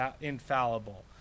infallible